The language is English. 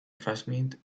transmit